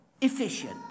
Efficient